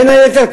בין היתר,